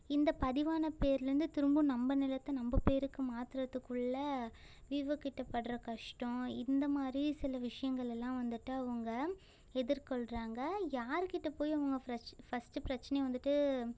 இந்த பதிவான பேருலேருந்து திரும்பவும் நம்ம நிலத்தை நம்ம பேருக்கு மாத்துகிறத்துக்குள்ள வீவோகிட்டப் படுகிற கஷ்டம் இந்தமாதிரி சில விஷயங்கள் எல்லாம் வந்துட்டு அவங்க எதிர்கொள்கிறாங்க யாருக்கிட்ட போய் அவங்க ஃபிரஸ் ஃபஸ்ட்டு பிரச்சனையை வந்துட்டு